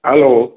hello